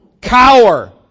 cower